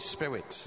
Spirit